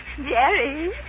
Jerry